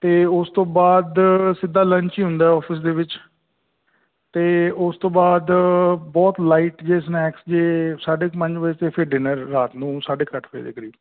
ਅਤੇ ਉਸ ਤੋਂ ਬਾਅਦ ਸਿੱਧਾ ਲੰਚ ਹੀ ਹੁੰਦਾ ਔਫਿਸ ਦੇ ਵਿੱਚ ਅਤੇ ਉਸ ਤੋਂ ਬਾਅਦ ਬਹੁਤ ਲਾਈਟ ਜਿਹੇ ਸਨੈਕਸ ਜਿਹੇ ਸਾਢੇ ਕੁ ਪੰਜ ਵਜੇ ਅਤੇ ਫਿਰ ਡਿਨਰ ਰਾਤ ਨੂੰ ਸਾਢੇ ਕੁ ਅੱਠ ਵਜੇ ਦੇ ਕਰੀਬ